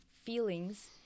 feelings